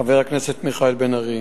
חבר הכנסת מיכאל בן-ארי,